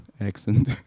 accent